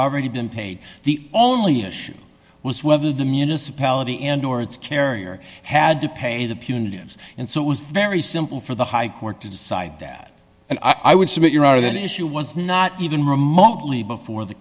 already been paid the only issue was whether the municipality and or its carrier had to pay the punitive and so it was very simple for the high court to decide that i would submit you're out of the issue was not even remotely before the